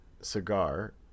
cigar